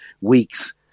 weeks